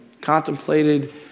contemplated